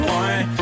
one